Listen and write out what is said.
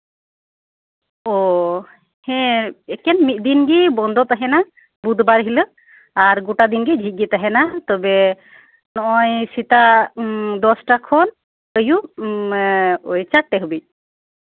ᱳ ᱮᱠᱮᱱ ᱢᱤᱫ ᱫᱤᱱ ᱜᱮ ᱵᱚᱱᱫᱚ ᱛᱟᱸᱦᱮᱱᱟ ᱵᱩᱫᱷ ᱵᱟᱨ ᱫᱤᱱ ᱦᱤᱞᱳᱜ ᱟᱨ ᱜᱳᱴᱟ ᱫᱤᱱᱜᱮ ᱡᱷᱤᱡ ᱜᱮ ᱛᱟᱸᱦᱮᱱᱟ ᱛᱚᱵᱮ ᱱᱚᱜ ᱚᱭ ᱥᱮᱛᱟᱜ ᱫᱚᱥᱴᱟ ᱠᱷᱚᱱ ᱟᱹᱭᱩᱵ ᱪᱟᱨᱴᱮ ᱦᱟᱹᱵᱤᱡ